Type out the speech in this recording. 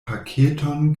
paketon